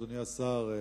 אדוני השר,